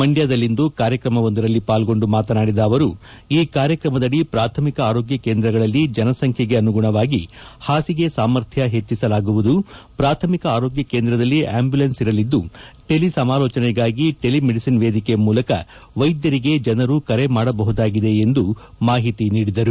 ಮಂಡ್ಯದಲ್ಲಿಂದು ಕಾರ್ಯಕ್ರಮವೊಂದರಲ್ಲಿ ಪಾಲ್ಗೊಂಡು ಮಾತನಾಡಿದ ಅವರು ಈ ಕಾರ್ಯಕ್ರಮದಡಿ ಪ್ರಾಥಮಿಕ ಆರೋಗ್ಯ ಕೇಂದ್ರಗಳಲ್ಲಿ ಜನಸಂಖ್ಯೆಗನುಗುಣವಾಗಿ ಹಾಸಿಗೆ ಸಾಮರ್ಥ್ಯ ಹೆಚ್ಚಿಸಲಾಗುವುದು ಪ್ರಾಥಮಿಕ ಆರೋಗ್ಯ ಕೇಂದ್ರದಲ್ಲಿ ಅಂಬ್ಯುಲೆನ್ಸ್ ಇರಲಿದ್ದು ಟೆಲಿ ಸಮಾಲೋಚನೆಗಾಗಿ ಟೆಲಿ ಮೆಡಿಸನ್ ವೇದಿಕೆ ಮೂಲಕ ವೈದ್ಯರಿಗೆ ಜನರು ಕರೆ ಮಾಡಬಹುದಾಗಿದೆ ಎಂದು ಅವರು ಮಾಹಿತಿ ನೀಡಿದರು